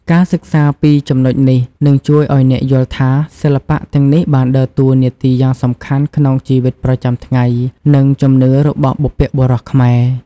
ការសិក្សាពីចំណុចនេះ នឹងជួយឱ្យអ្នកយល់ថា សិល្បៈទាំងនេះបានដើរតួនាទីយ៉ាងសំខាន់ក្នុងជីវិតប្រចាំថ្ងៃ និងជំនឿរបស់បុព្វបុរសខ្មែរ។